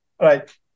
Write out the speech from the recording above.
right